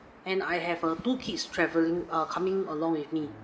and I have err two kids traveling err coming along with me